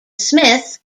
smith